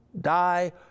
die